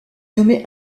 nommé